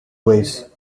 ways